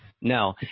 no